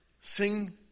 sing